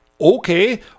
Okay